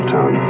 Town